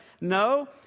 no